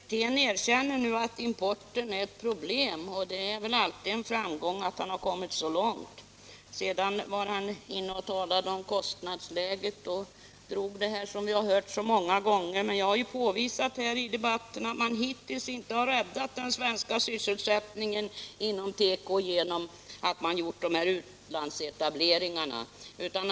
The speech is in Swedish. Herr talman! Herr Wirtén erkänner nu att importen är ett problem. Det är väl alltid en framgång att han kommit så långt. Sedan talade han om kostnadsläget och drog det som vi hört så många gånger förut. Men jag har påvisat i debatten att man hittills inte ökat den svenska sysselsättningen inom teko genom utlandsetableringar.